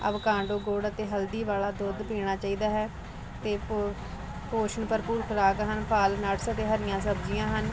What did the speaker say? ਅਬ ਕਾਂਡੋ ਗੁੜ ਅਤੇ ਹਲਦੀ ਵਾਲਾ ਦੁੱਧ ਪੀਣਾ ਚਾਹੀਦਾ ਹੈ ਅਤੇ ਪੋ ਪੋਸ਼ਣ ਭਰਪੂਰ ਖੁਰਾਕ ਹਨ ਵਾਲਨਟਸ ਅਤੇ ਹਰੀਆਂ ਸਬਜ਼ੀਆਂ ਹਨ